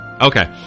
Okay